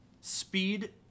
speed